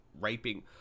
raping